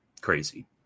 crazy